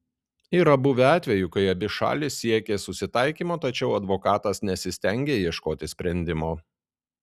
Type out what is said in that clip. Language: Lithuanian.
yra buvę atvejų kai abi šalys siekė susitaikymo tačiau advokatas nesistengė ieškoti sprendimo